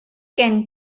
gen